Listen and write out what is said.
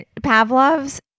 Pavlov's